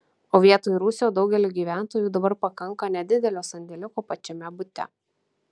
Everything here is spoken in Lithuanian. o vietoj rūsio daugeliui gyventojų dabar pakanka nedidelio sandėliuko pačiame bute